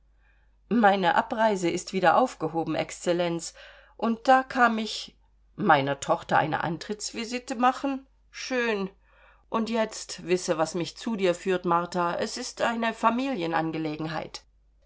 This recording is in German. meine abreise ist wieder aufgehoben excellenz und da kam ich meiner tochter eine antrittsvisite machen schön und jetzt wisse was mich zu dir führt martha es ist eine familienangelegenheit